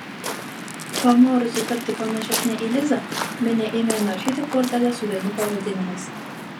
panorusi tapti panašesnė į lizą minė ėmė naršyti korteles su dainų pavadinimais